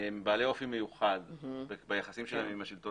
הם בעלי אופי מיוחד ביחסים שלהם עם השלטון